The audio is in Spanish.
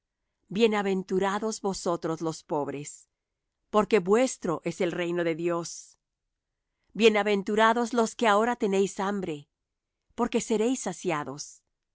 bienaventurados vosotros los pobres porque vuestro es el reino de dios bienaventurados los que ahora tenéis hambre porque seréis saciados